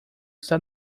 está